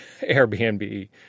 Airbnb